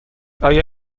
آیا